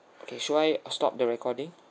okay should I stop the recording